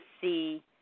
see